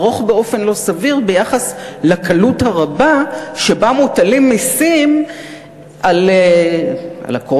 ארוך באופן לא סביר ביחס לקלות הרבה שבה מוטלים מסים על עקרות-הבית,